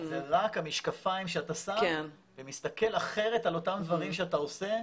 זה רק המשקפיים שאתה שם ומסתכל אחרת על אותם דברים שאתה עושה.